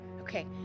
Okay